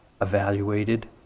evaluated